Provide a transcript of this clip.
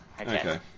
Okay